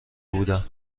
بودم